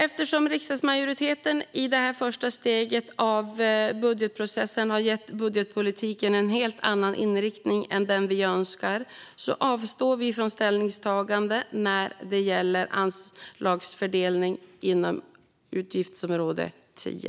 Eftersom riksdagsmajoriteten i detta första steg i budgetprocessen har gett budgetpolitiken en helt annan inriktning än den vi önskar avstår vi från ställningstagande när det gäller anslagsfördelning inom utgiftsområde 10.